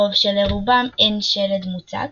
בעוד שלרובם אין שלד מוצק,